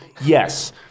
Yes